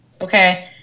Okay